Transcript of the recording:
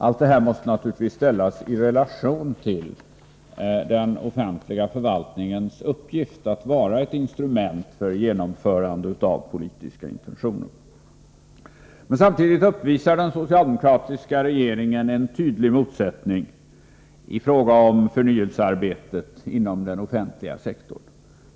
Allt detta måste naturligtvis ställas i relation till den offentliga förvaltningens uppgift att vara ett instrument för genomförande av politiska intentioner. Men samtidigt uppvisar den socialdemokratiska regeringen en tydlig motsättning i fråga om förnyelsearbetet inom den offentliga sektorn.